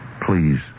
Please